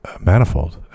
manifold